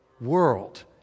world